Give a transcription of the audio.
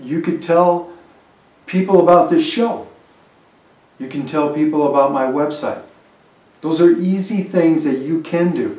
can tell people about this show you can tell people about my website those are easy things that you can